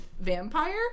vampire